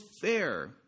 fair